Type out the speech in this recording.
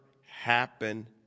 happen